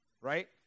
right